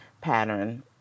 pattern